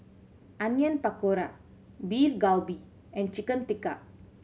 Onion Pakora Beef Galbi and Chicken Tikka